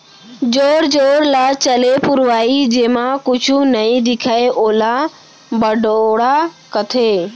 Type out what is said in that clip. जोर जोर ल चले पुरवाई जेमा कुछु नइ दिखय ओला बड़ोरा कथें